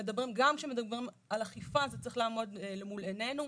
כאשר מדברים על אכיפה זה צריך לעמוד למול עינינו,